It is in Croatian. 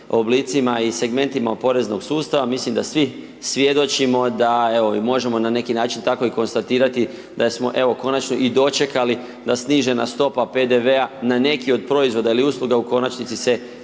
oblicima i segmentima poreznog sustava, mislim da svi svjedočimo da, evo možemo na neki način i tako konstatirati da smo, evo konačno i dočekali da snižena stopa PDV-a na neki od proizvoda ili usluga u konačnici se